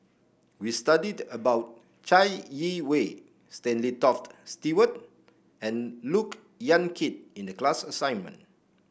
we studied about Chai Yee Wei Stanley Toft Stewart and Look Yan Kit in the class assignment